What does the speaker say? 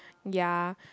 ya